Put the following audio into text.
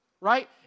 right